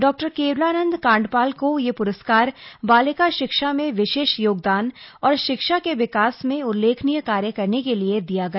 डॉ केवलानंद कांडपाल को यह प्रस्कार बालिका शिक्षा में विशेष योगदान और शिक्षा के विकास में उल्लेखनीय कार्य करने के लिए दिया गया